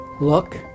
look